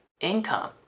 income